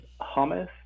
hummus